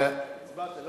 הצבעתי,